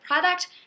product